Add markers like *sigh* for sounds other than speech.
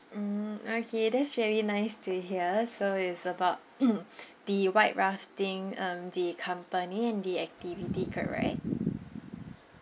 mm okay that's really nice to hear so it's about *coughs* the white rafting um the company and the activity correct